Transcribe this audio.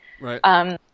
Right